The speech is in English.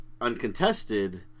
uncontested